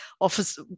office